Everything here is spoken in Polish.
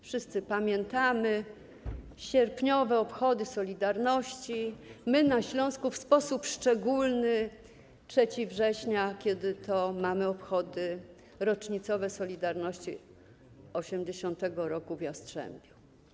Wszyscy pamiętamy sierpniowe obchody „Solidarności”, my na Śląsku w sposób szczególny 3 września, kiedy to mamy obchody rocznicowe „Solidarności” 1980 r. w Jastrzębiu.